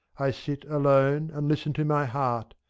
i sit alone and listen to my heart,